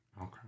Okay